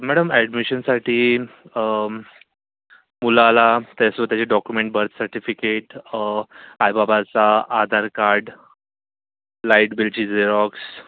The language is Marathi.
मॅडम ॲडमिशनसाठी मुलाला त्याचं त्याचे डॉक्युमेंट बर्थ सर्टिफिकेट आई बाबाचा आधार कार्ड लाइट बिलची झेरॉक्स